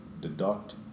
deduct